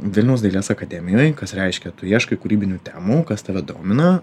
vilniaus dailės akademijoj kas reiškia tu ieškai kūrybinių temų kas tave domina